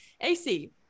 AC